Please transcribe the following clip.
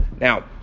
now